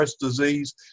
disease